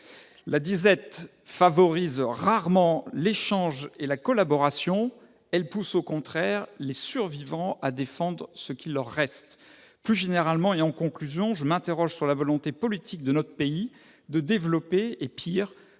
La disette favorise rarement l'échange et la collaboration. Elle pousse au contraire les survivants à défendre ce qui leur reste ! Plus généralement, et en conclusion, je m'interroge sur la volonté politique de notre pays de développer et, pis